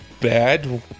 bad